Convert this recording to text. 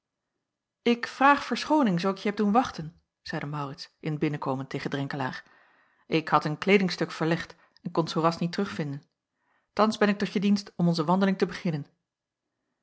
ik vraag verschooning zoo ik je heb doen wachten zeide maurits in t binnenkomen tegen drenkelaer ik had een kleedingstuk verlegd en kon t zoo ras niet terugvinden thans ben ik tot je dienst om onze wandeling te beginnen